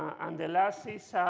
and the last is